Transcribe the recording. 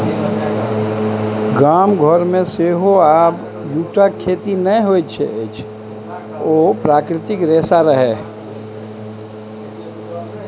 गाम घरमे सेहो आब जूटक खेती नहि होइत अछि ओ प्राकृतिक रेशा रहय